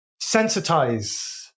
Sensitize